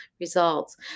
results